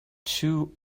too